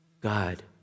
God